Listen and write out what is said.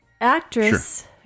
Actress